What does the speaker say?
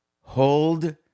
Hold